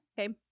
Okay